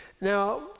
Now